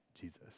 Jesus